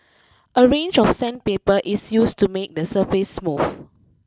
a range of sandpaper is used to make the surface smooth